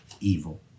evil